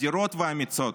אדירות ואמיצות,